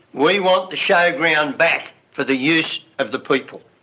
we want the show ground back for the use of the people,